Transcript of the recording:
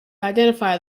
identify